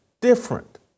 different